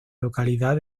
localidad